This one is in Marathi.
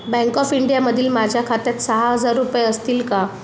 बँक ऑफ इंडियामधील माझ्या खात्यात सहा हजार रुपये असतील का